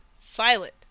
Silent